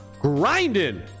grinding